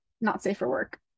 not-safe-for-work